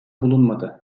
bulunmadı